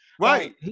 right